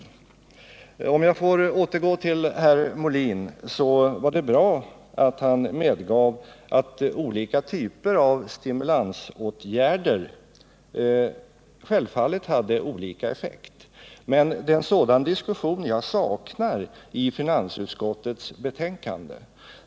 Om jag får återgå till herr Molin var det bra att han medgav att olika typer av stimulansåtgärder självfallet har olika effekt, men det är en sådan diskussion jag saknar i finansutskottets betänkande.